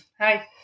Hi